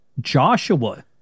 Joshua